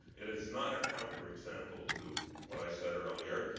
it is not a counterexample to what i said earlier.